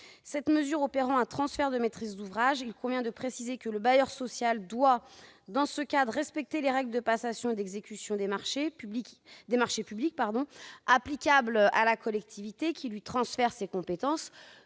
Cette mesure opérant un transfert de maîtrise d'ouvrage, il convient de préciser que le bailleur social doit, dans ce cadre, respecter les règles de passation et d'exécution des marchés publics applicables à la collectivité qui lui transfère ses compétences,